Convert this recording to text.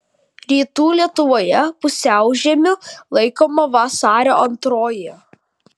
rytų lietuvoje pusiaužiemiu laikoma vasario antroji